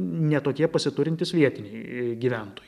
ne tokie pasiturintys vietiniai gyventojai